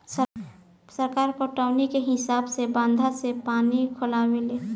सरकार पटौनी के हिसाब से बंधा से पानी खोलावे ले